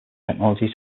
technology